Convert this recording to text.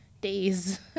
days